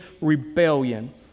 rebellion